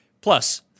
plus